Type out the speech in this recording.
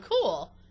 cool